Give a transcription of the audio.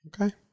Okay